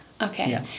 Okay